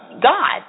God